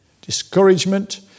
Discouragement